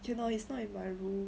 you know it's not in my room